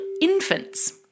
infants